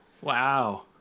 Wow